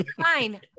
Fine